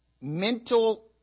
mental